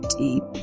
deep